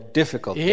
difficult